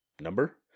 number